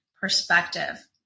perspective